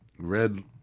Red